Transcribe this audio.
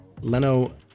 Leno